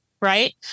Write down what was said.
right